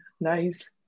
nice